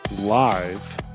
live